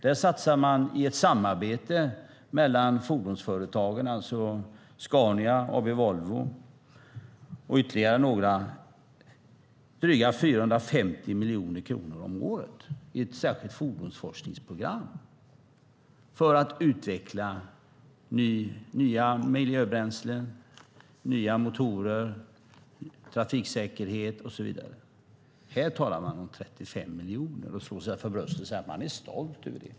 Där satsar man i ett samarbete mellan fordonsföretagen, alltså Scania, AB Volvo och ytterligare några, drygt 450 miljoner kronor om året i ett särskilt fordonsforskningsprogram för att utveckla nya miljöbränslen, nya motorer, trafiksäkerhet och så vidare. Här talar man om 35 miljoner och slår sig för bröstet och säger att man är stolt över det.